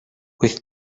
with